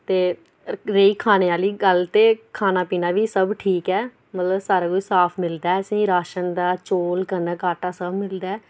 ते रेही खाने आहली गल्ल ते खाना पीना बी सब ठीक ऐ मतलब सारा कुछ साफ मिलदा ऐ असें गी राशन चौल कनक आटा सब किश मिलदा